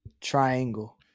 triangle